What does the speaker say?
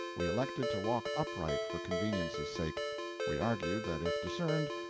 we elected to walk upright, for convenience's sake we argued that if discerned,